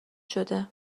شده